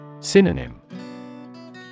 Synonym